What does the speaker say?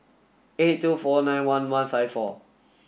eight two four nine one one five four